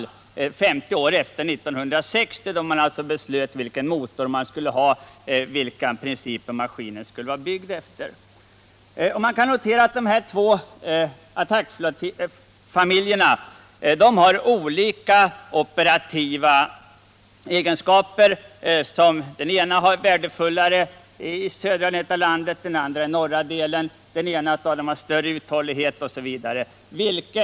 Vi kan alltså räkna 50 år efter 1960, då man beslöt vilken motor man skulle ha och vilka principer maskinen skulle vara byggd efter. Dessa attackfamiljer har olika operativa egenskaper. Den ena har värdefullare egenskaper i södra delen av landet, den andra i norra delen, den ena har större uthållighet osv.